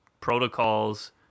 protocols